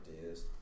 ideas